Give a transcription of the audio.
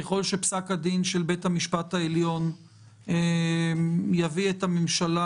ככל שפסק הדין של בית המשפט העליון יביא את הממשלה